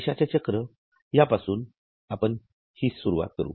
पैश्याचे चक्र यापासून आपण हि सुरुवात करू